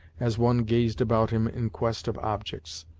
as one gazed about him in quest of objects.